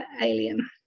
alien